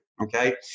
okay